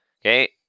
okay